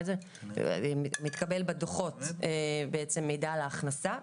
מתקבל בדוחות מידע על ההכנסה,